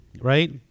right